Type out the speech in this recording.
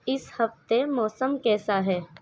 اس ہفتے موسم کیسا ہے